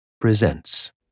presents